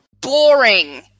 boring